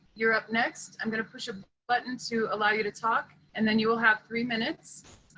you're up next. i'm going to push a button to allow you to talk, and then you will have three minutes.